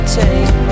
take